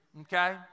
okay